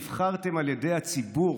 נבחרתם על ידי הציבור